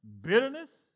Bitterness